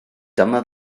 dyma